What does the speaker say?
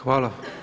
Hvala.